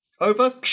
Over